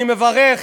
אני מברך